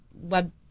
web